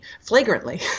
flagrantly